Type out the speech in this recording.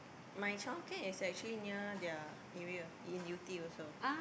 my childcare is actually near their area in Yew-Tee also